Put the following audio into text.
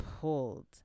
pulled